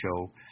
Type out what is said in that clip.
show